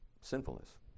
sinfulness